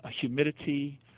humidity